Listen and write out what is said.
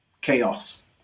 chaos